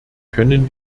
können